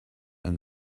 and